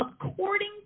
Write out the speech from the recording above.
according